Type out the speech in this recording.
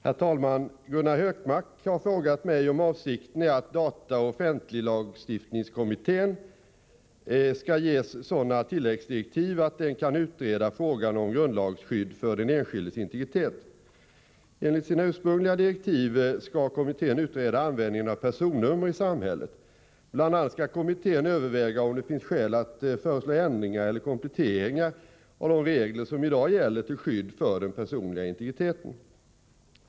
Herr talman! Gunnar Hökmark har frågat mig om avsikten är att dataoch offentlighetskommittén skall ges sådana tilläggsdirektiv att den kan utreda frågan om grundlagsskydd för den enskildes integritet. Enligt sina ursprungliga direktiv skall kommittén utreda användningen av personnummer i samhället. Bl. a. skall kommittén överväga om det finns skäl att föreslå ändringar eller kompletteringar av de regler som i dag gäller till skydd för den personliga integriteten.